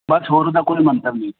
ਬਸ ਹੋਰ ਉਹਦਾ ਕੋਈ ਮੰਤਵ ਨਹੀਂ